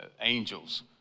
angels